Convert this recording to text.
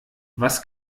was